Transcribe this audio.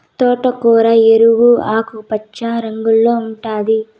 తోటకూర ఎరుపు, ఆకుపచ్చ రంగుల్లో ఉంటాది